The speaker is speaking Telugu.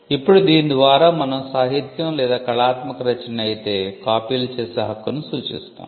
ఇప్పుడు దీని ద్వారా మనం సాహిత్యం లేదా కళాత్మక రచన అయితే కాపీలు చేసే హక్కును సూచిస్తాం